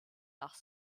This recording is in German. nach